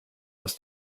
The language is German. aus